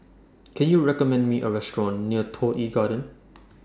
Can YOU recommend Me A Restaurant near Toh Yi Garden